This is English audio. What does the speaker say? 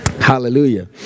Hallelujah